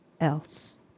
else